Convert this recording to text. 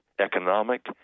economic